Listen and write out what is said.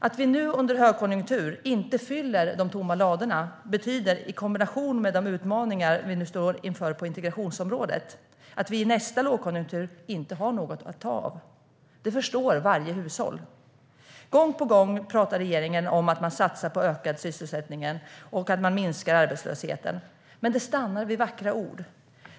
Att vi nu under högkonjunktur inte fyller de tomma ladorna betyder, i kombination med de utmaningar vi nu står inför på integrationsområdet, att vi i nästa lågkonjunktur inte har något att ta av. Det förstår varje hushåll. Gång på gång pratar regeringen om att man satsar på att öka sysselsättningen och att minska arbetslösheten, men det stannar vid vackra ord.